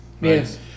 Yes